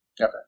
Okay